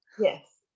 yes